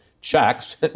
checks